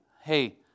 hey